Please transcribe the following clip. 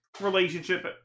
relationship